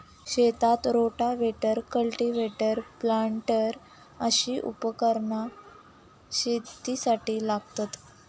शेतात rotavator, cultivator, planter अशी उपकरणा शेतीसाठी लागतत